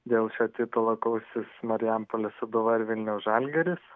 dėl šio titulo kausis marijampolės sūduva ir vilniaus žalgiris